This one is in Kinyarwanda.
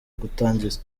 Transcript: gutangiza